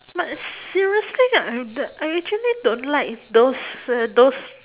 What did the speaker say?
but seriously ah the I actually don't like those uh those